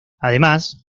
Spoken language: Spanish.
además